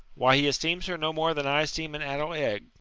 why, he esteems her no more than i esteem an addle egg.